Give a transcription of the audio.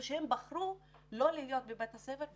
שאלה בני נוער שבחרו לא להיות בבית הספר.